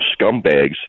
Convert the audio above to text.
scumbags